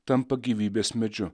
tampa gyvybės medžiu